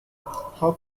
how